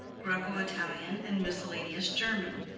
graeco-italian and miscellaneous german,